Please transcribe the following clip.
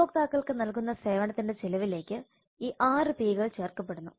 ഉപഭോക്താക്കൾക്ക് നൽകുന്ന സേവനത്തിന്റെ ചിലവിലേക്ക് ഈ 6 P കൾ ചേർക്കപ്പെടുന്നു